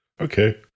Okay